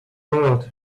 world